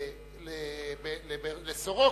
ל"סורוקה",